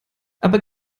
aber